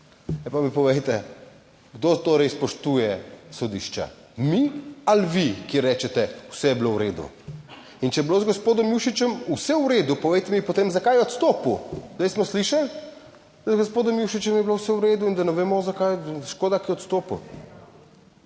Zdaj pa mi povejte, kdo torej spoštuje sodišča, mi ali vi, ki rečete vse je bilo v redu. In če je bilo z gospodom Jušićem vse v redu, povejte mi potem, zakaj je odstopil? Zdaj smo slišali, da z gospodom Mušičem je bilo vse v redu in da ne vemo, zakaj je škoda, ki je odstopil.